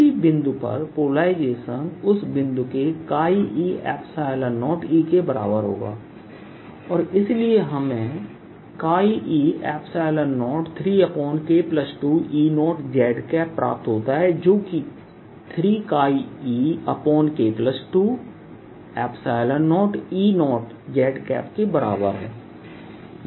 किसी बिंदु पर पोलराइजेशन उस बिंदु के e0E के बराबर होगा और इसलिए हमें e03K2E0zप्राप्त होता है जो कि 3eK20E0z के बराबर है